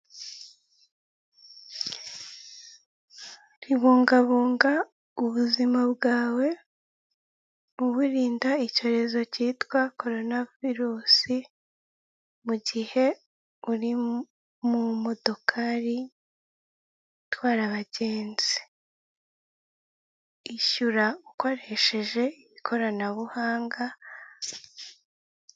Bungabunga ubuzima bwawe uburinda icyorezo cyitwa korona virusi mu gihe uri mu modokari itwarara abagenzi, ishyura ukoresheje ikoranabuhanga.